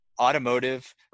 automotive